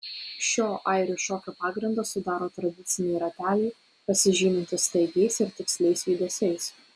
šio airių šokio pagrindą sudaro tradiciniai rateliai pasižymintys staigiais ir tiksliais judesiais